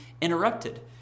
interrupted